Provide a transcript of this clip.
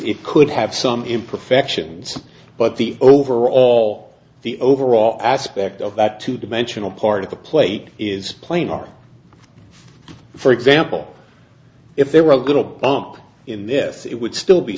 it could have some imperfections but the overall the overall aspect of that two dimensional part of the plate is plain are for example if there were a little bump in this it would still be